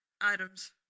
items